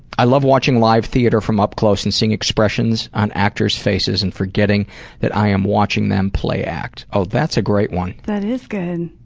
i love watching live theater from up close and seeing expressions on actors' faces and forgetting that i am watching them play-act. ah that's a great one. that is good.